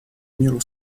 миру